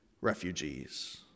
refugees